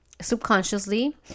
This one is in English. subconsciously